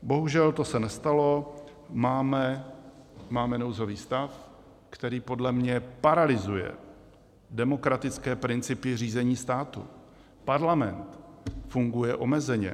Bohužel to se nestalo, máme nouzový stav, který podle mě paralyzuje demokratické principy řízení státu, Parlament funguje omezeně.